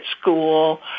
school